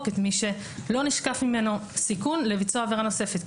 את מי שלא נשקף ממנו סיכון לביצוע עבירה נוספת.